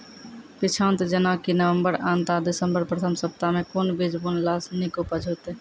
पीछात जेनाकि नवम्बर अंत आ दिसम्बर प्रथम सप्ताह मे कून बीज बुनलास नीक उपज हेते?